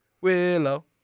Willow